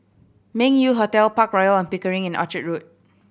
Meng Yew Hotel Park Royal On Pickering and Orchard Road